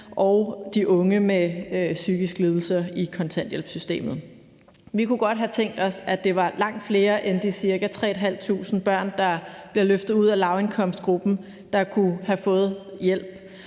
og de unge med psykiske lidelser i kontanthjælpssystemet. Vi kunne godt have tænkt os, at langt flere end de ca. 3.500 børn, som bliver løftet ud af lavindkomstgruppen, kunne have fået hjælp.